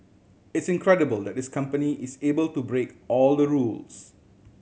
it's incredible that this company is able to break all the rules